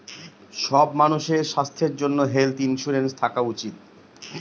সব মানুষের স্বাস্থ্যর জন্য হেলথ ইন্সুরেন্স থাকা উচিত